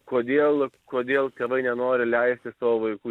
kodėl kodėl tėvai nenori leisti savo vaikų